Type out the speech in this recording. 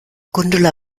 gundula